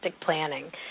planning